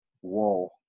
whoa